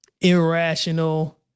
Irrational